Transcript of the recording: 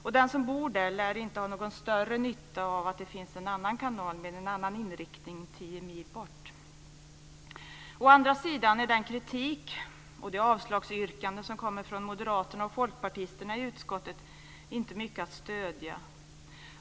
Och den som bor där lär inte ha någon större nytta av att det finns en annan kanal med en annan inriktning tio mil bort. Å andra sidan är den kritik och det avslagsyrkande som kommer från moderaterna och folkpartisterna i utskottet inte mycket att stödja.